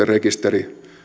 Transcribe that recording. rekisteri